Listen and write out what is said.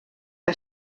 que